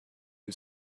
who